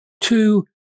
two